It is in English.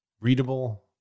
readable